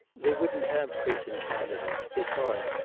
they wouldn't have chris in canada. his heart.